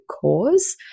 cause